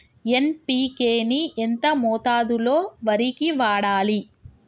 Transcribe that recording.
NPK ని ఎంత మోతాదులో వరికి వాడాలి?